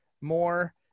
more